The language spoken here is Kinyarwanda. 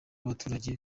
abaturage